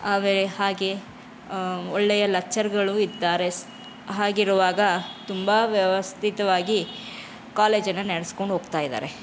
ಆದರೆ ಹಾಗೆ ಒಳ್ಳೆಯ ಲಚ್ಚರುಗಳು ಇದ್ದಾರೆ ಹಾಗಿರುವಾಗ ತುಂಬ ವ್ಯವಸ್ಥಿತವಾಗಿ ಕಾಲೇಜನ್ನು ನಡೆಸ್ಕೊಂಡು ಹೋಗ್ತಾ ಇದ್ದಾರೆ